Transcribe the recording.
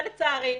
אבל לצערי,